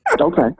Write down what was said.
Okay